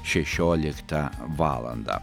šešioliktą valandą